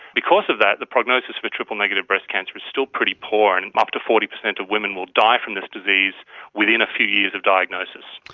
because of that, the prognosis for triple-negative breast cancer is still pretty poor, and and up to forty percent of women will die from this disease within a few years of diagnosis.